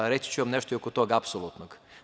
Reći ću vam nešto i oko toga apsolutnog.